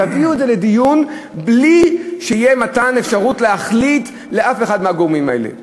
תביאו את זה לדיון בלי מתן אפשרות לאף אחד מהגורמים האלה להחליט.